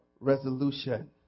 resolution